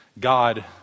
God